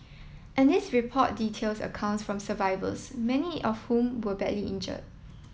and this report details accounts from survivors many of whom were badly injured